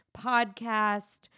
podcast